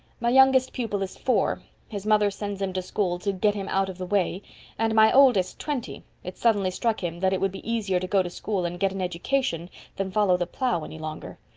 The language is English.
my youngest pupil is four his mother sends him to school to get him out of the way' and my oldest twenty it suddenly struck him that it would be easier to go to school and get an education than follow the plough any longer.